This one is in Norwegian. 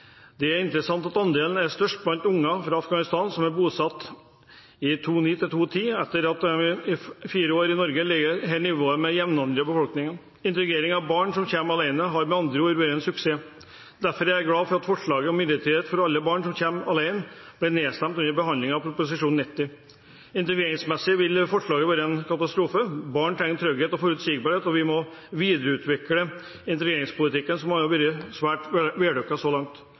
Det er interessant at andelen er størst blant unger fra Afghanistan som ble bosatt i 2009–2010. Etter fire år i Norge ligger de på nivå med jevnaldrende i befolkningen. Integrering av barn som kommer alene, har med andre ord vært en suksess. Derfor er jeg glad for at forslaget om midlertidig opphold for alle barn som kommer alene, ble nedstemt under behandlingen av Prop. 90 L for 2015–2016. Integreringsmessig ville forslaget vært en katastrofe. Barn trenger trygghet og forutsigbarhet, og vi må videreutvikle integreringspolitikken, som har vært svært vellykket så langt.